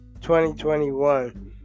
2021